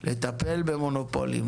לטפל במונופולים,